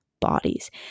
bodies